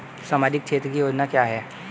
सामाजिक क्षेत्र की योजना क्या है?